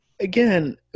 again